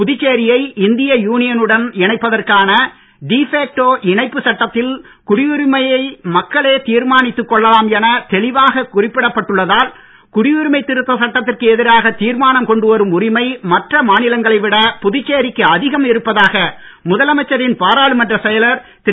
புதுச்சேரியை இந்திய யுனியனுடன் இணைப்பதற்கான டி ஃபேக்டோ இணைப்பு சட்டத்தில் குடியுரிமையை மக்களே தீர்மானித்துக் கொள்ளலாம் என தெளிவாக குறிப்பிடப்பட்டுள்ளதால் குடியுரிமை திருத்த சட்டத்திற்கு எதிராக தீர்மானம் கொண்டுவரும் உரிமை மற்ற மாநிலங்களை விட புதுச்சேரிக்கு அதிகம் இருப்பதாக முதலமைச்சரின் பாராளுமன்றச் செயலர் திரு